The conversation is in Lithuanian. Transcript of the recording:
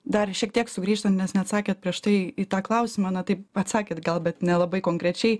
dar šiek tiek sugrįžtant nes neatsakėt prieš tai į tą klausimą na taip atsakėt gal bet nelabai konkrečiai